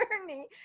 journey